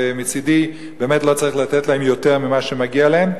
ומצדי באמת לא צריך לתת להם יותר ממה שמגיע להם,